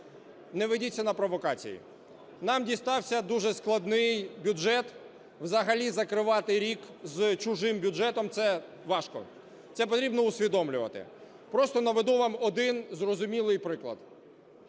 не ведіться на провокації. Нам дістався дуже складний бюджет. Взагалі закривати рік з чужим бюджетом – це важко. Це потрібно усвідомлювати. Просто наведу вам один зрозумілий приклад.